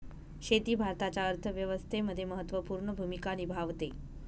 शेती भारताच्या अर्थव्यवस्थेमध्ये महत्त्वपूर्ण भूमिका निभावते